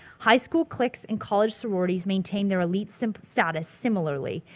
high school cliques and college sororities maintain their elite sim, status similarly,